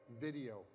video